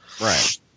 right